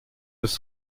ist